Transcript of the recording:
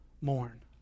mourn